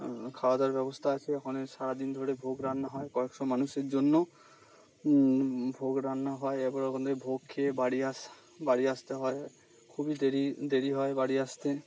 খাওয়া দাওয়ার ব্যবস্থা আছে ওখানে সারা দিন ধরে ভোগ রান্না হয় কয়েকশো মানুষের জন্য ভোগ রান্না হয় এবার ওখান থেকে ভোগ খেয়ে বাড়ি আসা বাড়ি আসতে হয় খুবই দেরি দেরি হয় বাড়ি আসতে